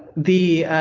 the,